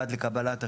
עד לקבלת הרישיון.